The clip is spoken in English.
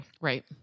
Right